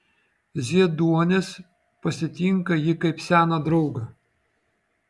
zieduonis pasitinka jį kaip seną draugą